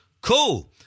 Cool